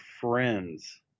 friends